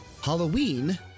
Halloween